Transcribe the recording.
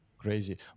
Crazy